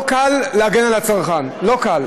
לא קל להגן על הצרכן, לא קל.